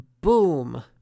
boom